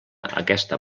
aquesta